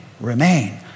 remain